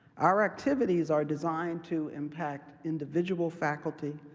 our activities are designed to impact individual faculty,